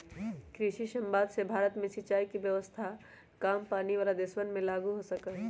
कृषि समवाद से भारत में सिंचाई के व्यवस्था काम पानी वाला देशवन में लागु हो सका हई